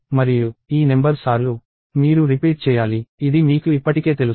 మరియు ఈ నెంబర్ సార్లు మీరు రిపీట్ చేయాలి ఇది మీకు ఇప్పటికే తెలుసు